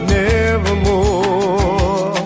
nevermore